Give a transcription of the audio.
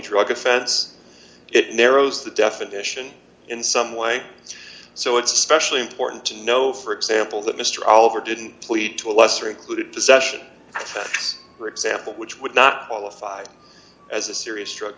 drug offense it narrows the definition in some way so it's especially important to know for example that mr oliver didn't plead to a lesser included possession for example which would not qualify as a serious drug